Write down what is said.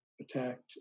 attacked